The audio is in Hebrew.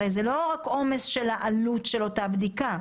הרי זה לא רק עומס של העלות של אותה בדיקה,